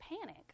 panic